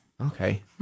Okay